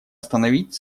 остановить